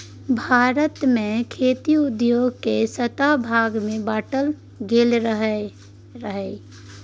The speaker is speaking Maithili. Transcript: भारत मे खेती उद्योग केँ सतरह भाग मे बाँटल गेल रहय